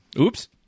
Oops